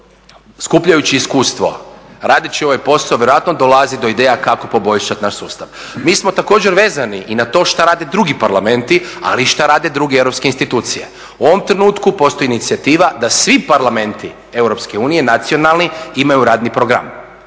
skupljajući iskustvo radeći ovaj posao vjerojatno dolaziti do ideja kako poboljšati naš sustav. Mi smo također vezani i na to šta rade drugi parlamenti ali šta rade i druge europske institucije. U ovom trenutku postoji inicijativa da svi parlamenti EU nacionalni imaju radni program,